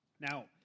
Now